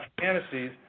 fantasies